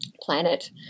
planet